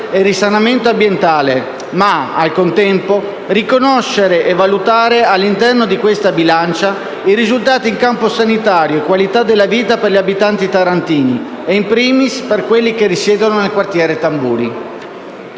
e risanamento ambientale ma, al contempo, riconoscere e valutare, all'interno di questa bilancia, i risultati in campo sanitario e di qualità della vita per gli abitanti tarantini, *in primis* per quelli che risiedono nel quartiere Tamburi.